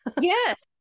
Yes